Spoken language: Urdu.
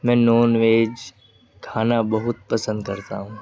میں نان ویج کھانا بہت پسند کرتا ہوں